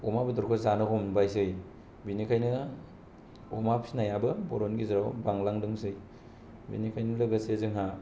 अमा बेदरखौ जानो हमबायसै बिनिखायनो अमा फिनायाबो बर'नि गेजेराव बांलांदोंसै बिनिखायनो लोगोसे जोंहा